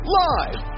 live